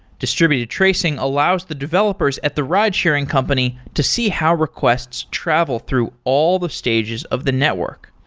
distributed tracing allows the developers at the ridesharing company to see how requests travel through all the stages of the network.